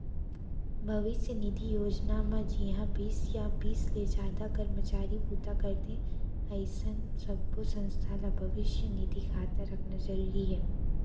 भविस्य निधि योजना म जिंहा बीस या बीस ले जादा करमचारी बूता करथे अइसन सब्बो संस्था ल भविस्य निधि खाता रखना जरूरी हे